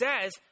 says